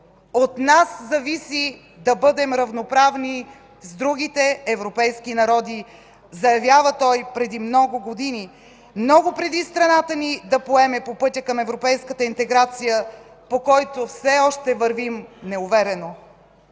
От нас зависи да бъдем равноправни с другите европейски народи.” – заявява той преди много години, много преди страната ни да поеме по пътя към европейската интеграция, по който все още вървим неуверено.